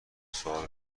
سوال